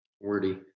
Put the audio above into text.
wordy